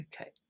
Okay